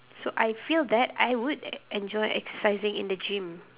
so I feel that I would enjoy exercising in the gym